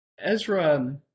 Ezra